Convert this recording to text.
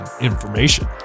Information